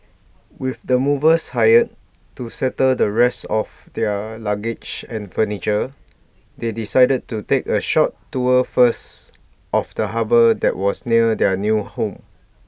with the movers hired to settle the rest of their luggage and furniture they decided to take A short tour first of the harbour that was near their new home